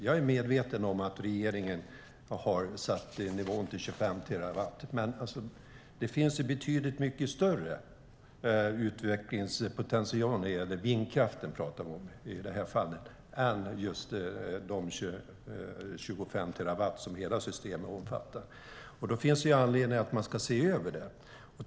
Jag är medveten om att regeringen har satt nivån till 25 terawattimmar, men det finns betydligt större utvecklingspotential när det gäller vindkraften än dessa 25 terawattimmar som hela systemet omfattar. Det finns anledning att se över det.